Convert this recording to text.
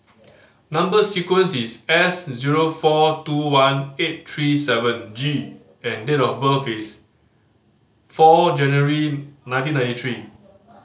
number sequence is S zero four two one eight three seven G and date of birth is four January nineteen ninety three